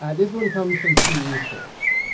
um this one comes from pew research.